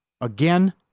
Again